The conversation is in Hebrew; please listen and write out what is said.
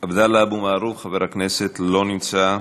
חבר הכנסת עבדאללה אבו מערוף, לא נמצא,